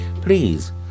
Please